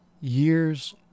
years